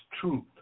truth